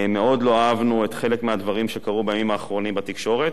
לא אהבנו חלק מהדברים שקרו בימים האחרונים בתקשורת,